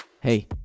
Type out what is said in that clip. hey